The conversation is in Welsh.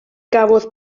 gafodd